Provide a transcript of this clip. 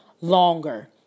longer